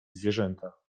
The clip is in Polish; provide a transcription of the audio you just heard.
zwierzęta